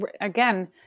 again